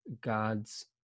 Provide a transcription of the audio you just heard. god's